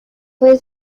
fue